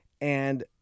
and-